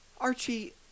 Archie